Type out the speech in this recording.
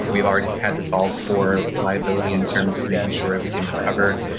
we've already had to solve for reliability in terms of making sure we can recover.